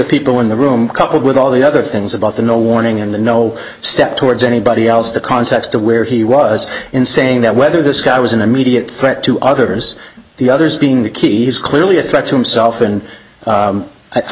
people in the room coupled with all the other things about the no warning and the no step towards anybody else the context of where he was in saying that whether this guy was an immediate threat to others the others being the key he's clearly a threat to himself and